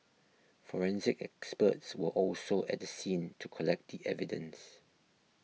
forensic experts were also at the scene to collect the evidence